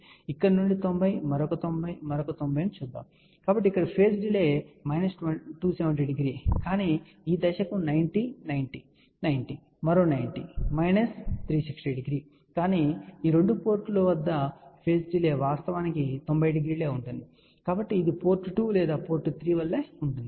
కాబట్టి ఇక్కడ నుండి 90 మరొక 90 మరొక 90 చూద్దాం కాబట్టి ఇక్కడ పేజ్ డిలే మైనస్ 270 డిగ్రీ కానీ ఈ దశకు 90 90 90 మరో 90 మైనస్ 360 డిగ్రీ కానీ ఈ రెండు పోర్ట్ లో వద్ద పేజ్ డిలే వాస్తవానికి 90 డిగ్రీలుగా ఉంటుంది కాబట్టి ఇది పోర్ట్ 2 లేదా పోర్ట్ 3 వలె ఉంటుంది